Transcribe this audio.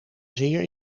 zeer